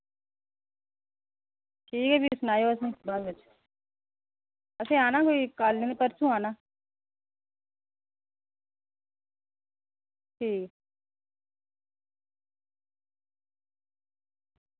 ठीक ऐ भी सनाएओ तुस बाद बिच असें औना कोई कल्ल निं परसों औना